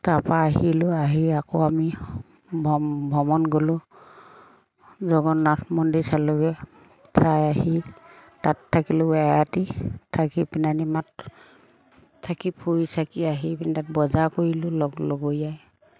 তাৰপৰা আহিলোঁ আহি আকৌ আমি ভ্ৰমণ গ'লোঁ জগন্নাথ মন্দিৰ চালোঁগৈ চাই আহি তাত থাকিলোঁ এৰাতি থাকি পিনাইনি মাত থাকি ফুৰি চাকি আহি পিনে তাত বজাৰ কৰিলোঁ লগ লগৰীয়াই